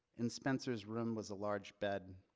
in spencer's room was a large bed,